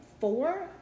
four